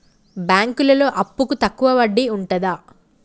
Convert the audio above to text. బ్యాంకులలో అప్పుకు తక్కువ వడ్డీ ఉంటదా?